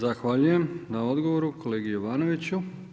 Zahvaljujem na odgovoru kolegi Jovanoviću.